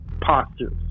postures